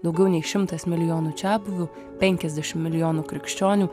daugiau nei šimtas milijonų čiabuvių penkiasdešim milijonų krikščionių